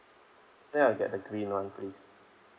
then I get the green one please